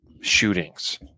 shootings